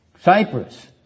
Cyprus